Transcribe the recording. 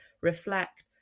reflect